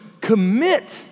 commit